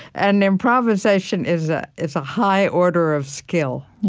and improvisation is ah is a high order of skill